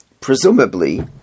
presumably